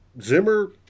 Zimmer